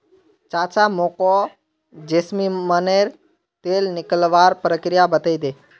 चाचा मोको जैस्मिनेर तेल निकलवार प्रक्रिया बतइ दे